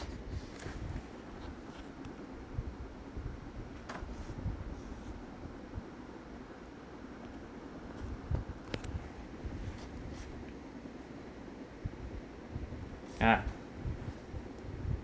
ah